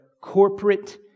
corporate